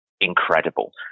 incredible